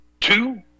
two